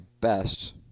best